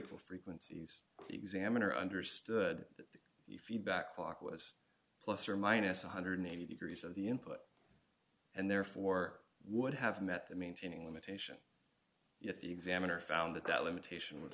equal frequencies examiner understood that feedback clock was plus or minus one hundred and eighty dollars degrees of the input and therefore would have met the maintaining limitation yet the examiner found that that limitation w